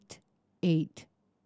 eight